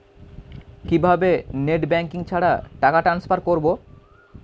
কিভাবে net banking ছাড়া টাকা ট্রান্সফার করবো?